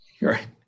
Right